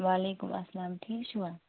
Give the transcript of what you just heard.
وَعلیکُم اَسلام ٹھیٖک چھِوا